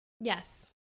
Yes